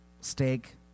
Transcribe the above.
steak